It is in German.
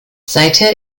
seither